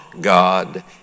God